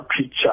picture